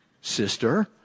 sister